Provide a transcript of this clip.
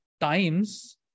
times